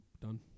done